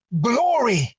glory